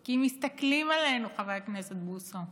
כי מסתכלים עלינו, חבר הכנסת בוסו,